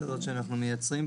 יש לנו מצגות ואנחנו נראה.